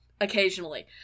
occasionally